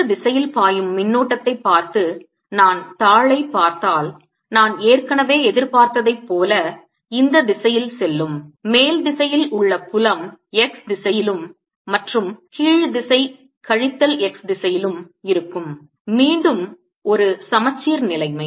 இந்த திசையில் பாயும் மின்னோட்டத்தைப் பார்த்து நான் தாளைப் பார்த்தால் நான் ஏற்கனவே எதிர்பார்த்ததை போல இந்த திசையில் செல்லும் மேல் திசையில் உள்ள புலம் x திசையிலும் மற்றும் கீழ் திசை கழித்தல் x திசையிலும் இருக்கும் மீண்டும் ஒரு சமச்சீர் நிலைமை